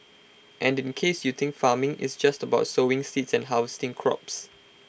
and in case you think farming is just about sowing seeds and harvesting crops